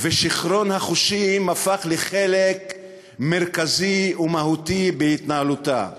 ושיכרון החושים הפך לחלק מרכזי ומהותי בהתנהלותה.